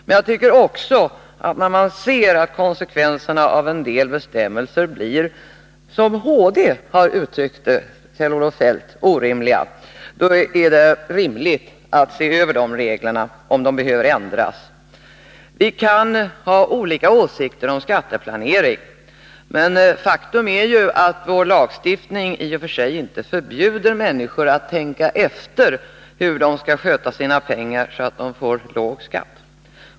Men jag tycker också att när man ser att konsekvenserna av en del bestämmelser blir, som HD uttryckt det, obilliga, då är det rimligt att se efter om de reglerna behöver ändras. Vi kan ha olika åsikter om skatteplanering, men faktum är att vår lagstiftning i och för sig inte förbjuder människor att tänka efter hur de skall sköta sina pengar så att de får låg skatt.